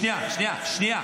תפנק אותי בקריאה שנייה.